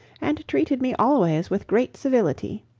and treated me always with great civility.